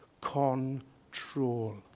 control